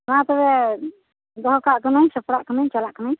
ᱢᱟᱛᱚᱵᱮ ᱫᱚᱦᱚᱠᱟᱜ ᱠᱟᱹᱱᱟᱹᱧ ᱥᱟᱯᱲᱟᱜ ᱠᱟᱹᱱᱟᱹᱧ ᱪᱟᱞᱟᱜ ᱠᱟᱹᱱᱟᱧ